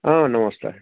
অঁ নমস্কাৰ